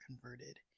converted